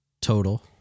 total